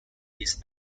his